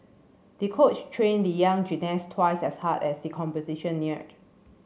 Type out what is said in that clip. the coach trained the young gymnast twice as hard as the competition neared